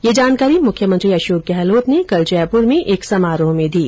यह जानकारी मुख्यमंत्री अशोक गहलोत ने कल जयपुर में एक समारोह में दी